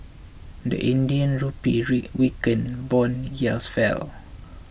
the Indian Rupee weakened bond yields fell